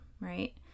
right